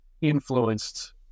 influenced